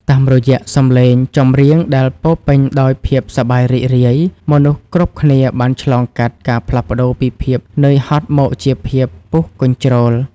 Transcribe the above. តាមរយៈសម្លេងចម្រៀងដែលពោរពេញដោយភាពសប្បាយរីករាយ មនុស្សគ្រប់គ្នាបានឆ្លងកាត់ការផ្លាស់ប្តូរពីភាពនឿយហត់មកជាភាពពុះកញ្ជ្រោល។